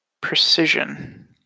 precision